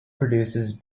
produces